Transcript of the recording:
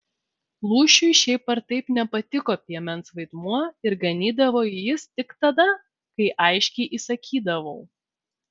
lūšiui šiaip ar taip nepatiko piemens vaidmuo ir ganydavo jis tik tada kai aiškiai įsakydavau